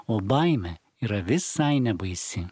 o baimė yra visai nebaisi